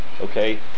okay